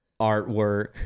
artwork